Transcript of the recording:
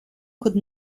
could